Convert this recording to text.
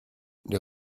les